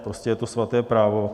Prostě je to svaté právo.